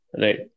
right